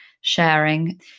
sharing